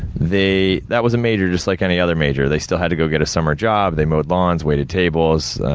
they, that was a major just like any other major. they still had to go get a summer job, they mowed lawns, waited tables,